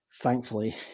Thankfully